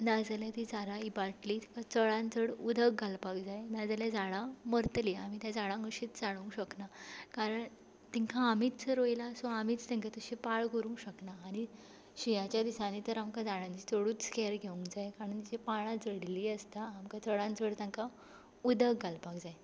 नाजाल्या तीं झाडां इबाडटलींच चडांत चड उदक घालपाक जाय नाजाल्या झाडां मरतलीं आमी त्या झाडांक अशींच साणूंक शकना कारण तांकां आमीच रोयला सो आमीच तांकां तशें पाळ करूंक शकना आनी शिंयाच्या दिसांनी तर आमकां झाडांची चडूच कॅर घेवंक जाय कारण ताचीं पानां झडिल्लीं आसता आमकां चडांत चड तांकां उदक घालपाक जाय